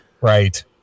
Right